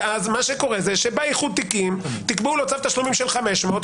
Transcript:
ואז מה שקורה זה שבאיחוד תיקים תקבול או צו של תשלומים של 500,